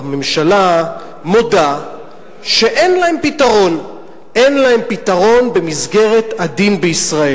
הממשלה מודה שאין להם פתרון במסגרת הדין בישראל.